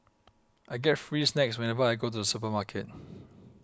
I get free snacks whenever I go to the supermarket